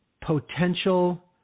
potential